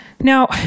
Now